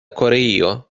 koreio